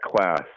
class